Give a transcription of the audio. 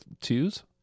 twos